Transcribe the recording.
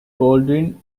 baldwin